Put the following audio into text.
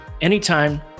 Anytime